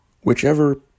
Whichever